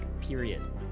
period